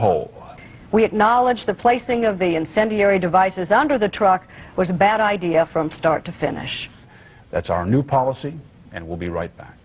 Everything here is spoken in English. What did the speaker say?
hole we acknowledge the placing of the incendiary devices under the truck was a bad idea from start to finish that's our new policy and will be right back